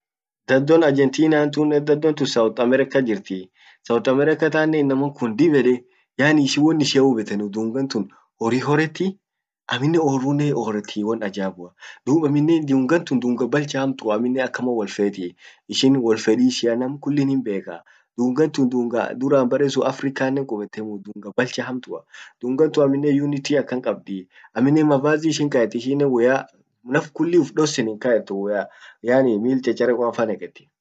Dhadon Argentinnan tunnen, dhadontun South America jirti. South America tannen inaman kun dib ede yaani ishin won ishia hiubetenuu dungan tun horri horreti, aminnen orrunen hiorretii, won ajabua, dub amminen dungan tun dunga balcha hamtua, amminen akama wolfetii ishin wolfedi ishian namkullin himbekaa. dungan tun dunga duran bare sun Africannen kubetimu dunga balcha hamtua, dungan tun amminen unity akan kabdi. amminen mavazi ishin kaet ishinen woyya naf kulli uf dossen hinkaetu, woyya yaani mil ccharekoafa neketi.